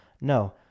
no